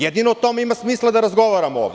Jedino o tome ima smisla da razgovaramo ovde.